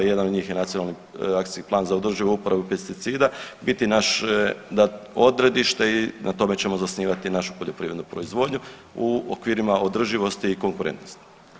Jedan od njih je i Nacionalni plan za održivu uporabu pesticida biti naše odredište i na tome ćemo zasnivati našu poljoprivrednu proizvodnju u okviru održivosti i konkurentnosti.